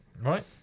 Right